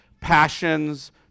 passions